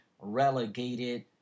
relegated